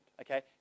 Okay